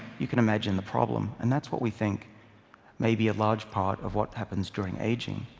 you can imagine the problem. and that's what we think may be a large part of what happens during aging.